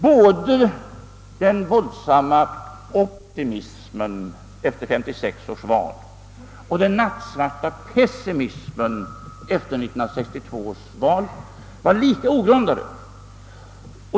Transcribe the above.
Både den våldsamma optimismen efter 1956 års val och den nattsvarta pessimismen efter 1962 års val var lika ogrundade.